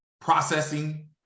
processing